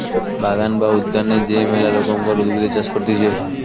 বাগান বা উদ্যানে যে মেলা রকমকার উদ্ভিদের চাষ করতিছে